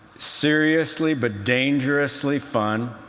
seriously, but dangerously fun.